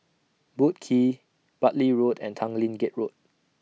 Boat Quay Bartley Road and Tanglin Gate Road